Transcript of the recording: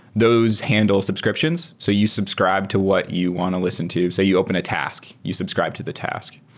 those handle subscriptions. so you subscribe to what you want to listen to. say, you open a task, you subscribe to the task,